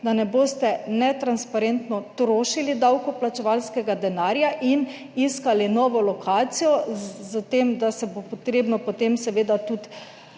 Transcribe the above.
da ne boste netransparentno trošili davkoplačevalskega denarja in iskali nove lokacije. S tem da bo potrebno potem seveda tudi